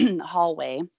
hallway